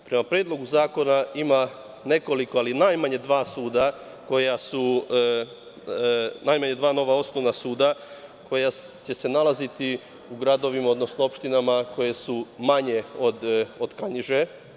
Prema Predlogu zakona ima nekoliko, ali najmanje dva nova osnovna suda, koja će se nalaziti u gradovima, odnosno opštinama koje su manje od Kanjiže.